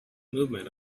movement